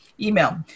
email